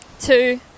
two